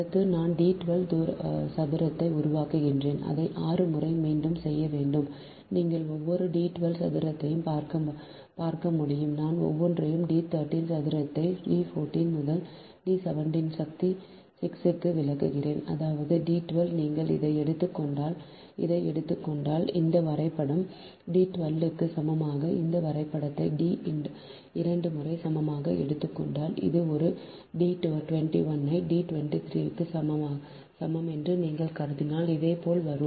அடுத்து நான் D 12 சதுரத்தை உருவாக்குகிறேன் அதை 6 முறை மீண்டும் செய்ய வேண்டும் நீங்கள் ஒவ்வொரு D 12 சதுரத்தையும் பார்க்க முடியும் நான் ஒவ்வொன்றையும் D 13 சதுரத்தை D 14 முதல் D 17 க்கு சக்தி 6 க்கு விளக்குகிறேன் அதாவது D 12 நீங்கள் இதை எடுத்துக் கொண்டால் இதை எடுத்துக் கொண்டால் இந்த வரைபடம் D 12 க்கு சமமான இந்த வரைபடத்தை D இரண்டு முறை சமமாக எடுத்துக் கொண்டால் இது ஒரு D 21 ஐ D 23 க்கு சமம் என்று நீங்கள் கருதினால் இதேபோல் வரும்